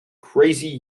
crazy